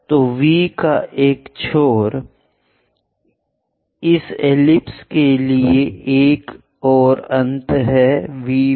तो V एक छोर है इस एलिप्स के लिए एक और अंत है VV